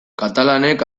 katalanek